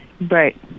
Right